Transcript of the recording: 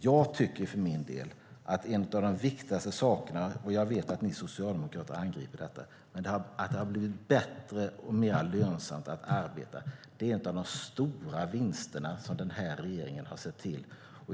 Jag tycker för min del att en av de viktigaste sakerna - jag vet att ni socialdemokrater angriper detta - är att det har blivit bättre och mer lönsamt att arbeta. Det är en av de stora vinsterna som den här regeringen har sett till att uppnå.